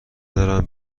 دارم